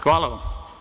Hvala vam.